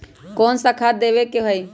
कोन सा खाद देवे के हई?